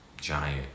giant